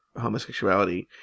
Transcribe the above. homosexuality